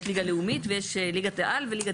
יש ליגה לאומית וליגת העל.